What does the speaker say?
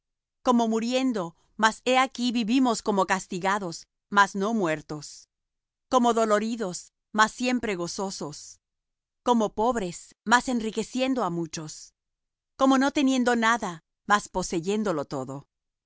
como muriendo mas he aquí vivimos como castigados mas no muertos como doloridos mas siempre gozosos como pobres mas enriqueciendo á muchos como no teniendo nada mas poseyéndolo todo